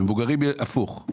במבוגרים הפוך.